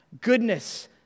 goodness